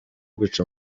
guca